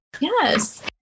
Yes